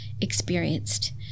experienced